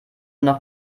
noch